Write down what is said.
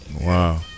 Wow